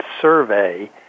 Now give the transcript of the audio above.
survey